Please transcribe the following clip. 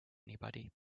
anybody